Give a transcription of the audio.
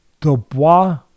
Dubois